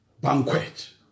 banquet